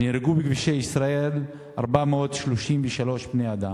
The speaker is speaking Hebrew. נהרגו בכבישי ישראל 433 בני-אדם,